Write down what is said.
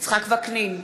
יצחק וקנין,